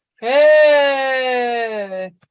hey